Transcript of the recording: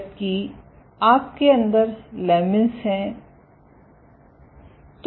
जबकि आपके अंदर लमीन्स हैं